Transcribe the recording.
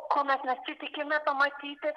ko mes nesitikime pamatyti